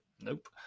nope